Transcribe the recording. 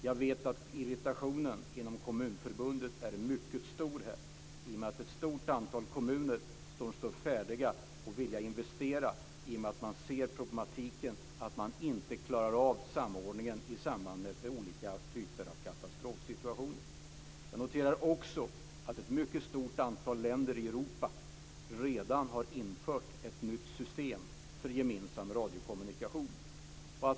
Jag vet att irritationen inom Kommunförbundet är mycket stor i och med att ett stort antal kommuner står färdiga och vill investera. Man ser problematiken; att man inte klarar av samordningen i samband med olika typer av katastrofsituationer. Jag noterar också att ett mycket stort antal länder i Europa redan har infört ett nytt system för gemensam radiokommunikation.